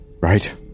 right